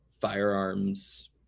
firearms